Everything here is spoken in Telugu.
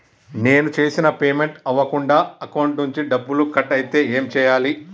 నేను చేసిన పేమెంట్ అవ్వకుండా అకౌంట్ నుంచి డబ్బులు కట్ అయితే ఏం చేయాలి?